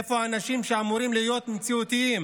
איפה האנשים שאמורים להיות מציאותיים?